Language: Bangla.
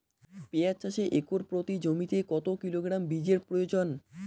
পেঁয়াজ চাষে একর প্রতি জমিতে কত কিলোগ্রাম বীজের প্রয়োজন?